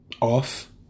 off